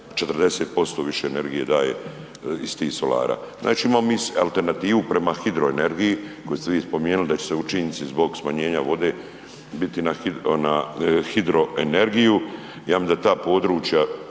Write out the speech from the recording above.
40% više energije daje iz ti solara. Znači, imamo mi alternativu prema hidroenergiji koju ste vi spomenuli da će se učinci zbog smanjenja vode biti na hidroenergiju. Ja mislim da ta područja